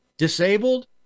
Disabled